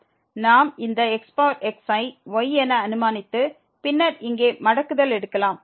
நாம் இந்த xx ஐ y என அனுமானித்து பின்னர் இங்கே மடக்குதல் எடுக்கலாம்